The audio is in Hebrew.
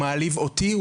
הוא מעליב אותי,